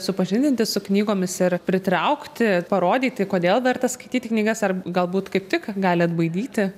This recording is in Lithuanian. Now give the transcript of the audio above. supažindinti su knygomis ir pritraukti parodyti kodėl verta skaityti knygas ar galbūt kaip tik gali atbaidyti